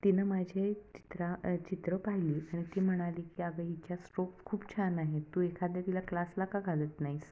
तिनं माझी चित्रा चित्रं पाहिली आणि ती म्हणाली की अगं हिच्या स्ट्रोक खूप छान आहेत तू एखाद्या तिला क्लासला का घालत नाहीस